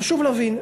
חשוב להבין,